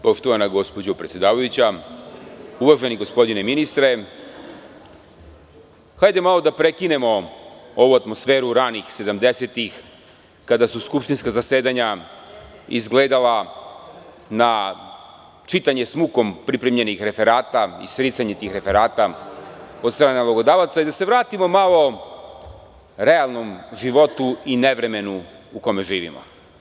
Poštovana gospođo predsedavajuća, uvaženi gospodine ministre, hajde malo da prekinemo ovu atmosferu ranih sedamdesetih kada su skupštinska zasedanja izgledala na čitanje sa mukom pripremljenih referata i sricanje tih referata od strane nalogodavaca i da se vratimo malo realnom životu i nevremenu u kome živimo.